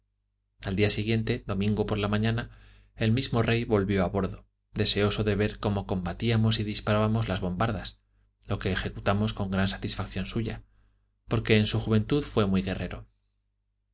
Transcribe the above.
al día siguiente domingo por la mañana el mismo rey volvió a bordo deseoso de ver cómo combatíamos y disparábamos las bombardas lo que ejecutamos con gran satisfacción suya porque en su juventud fué muy guerrero